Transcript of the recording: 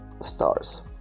stars